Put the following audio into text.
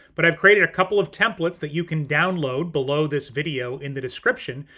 but i've created a couple of templates that you can download below this video in the description,